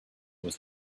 was